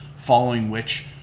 following which,